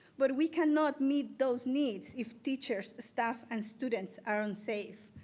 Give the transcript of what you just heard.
but we cannot meet those needs if teachers, staff and students are unsafe.